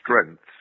strengths